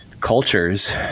cultures